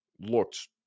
looked